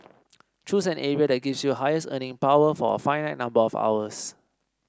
choose an area that gives you the highest earning power for a finite number of hours